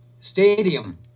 stadium